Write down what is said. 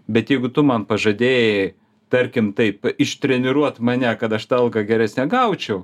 bet jeigu tu man pažadėjai tarkim taip ištreniruot mane kad aš tą algą geresnę gaučiau